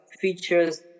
features